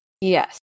Yes